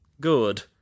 good